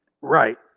Right